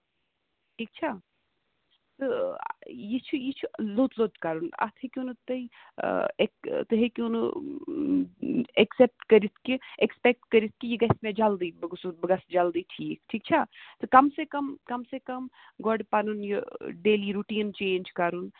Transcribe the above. ٹھیٖک چھا تہٕ یہِ چھُ یہِ چھُ لوٚت لوٚت کَرُن اَتھ ہیٚکِو نہٕ تُہۍ تہۍ ہیٚکِو نہٕ ایٚکسیپٹپہٕ کٔرِتھ کہِ ایٚکٕسپیکٹہٕ کٔرِتھ کہِ یہِ گژھِ مےٚ جلدی بہٕ گوٚژھُس بہٕ گژھہ جلدی ٹھیٖک چھا تہٕ کَم سے کَم کَم سے کَم گۄڈٕ پَنُن یہِ ڈیلی رُٹیٖن چینج کَرُن